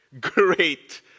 great